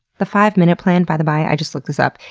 the five-minute plan, by the by, i just looked this up,